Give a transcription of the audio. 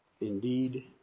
indeed